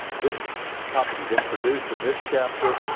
this topic is introduced in this chapter,